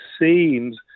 seems